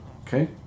okay